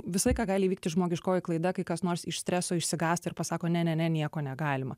visą laiką gali įvykti žmogiškoji klaida kai kas nors iš streso išsigąsta ir pasako ne ne ne nieko negalima